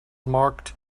marked